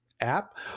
app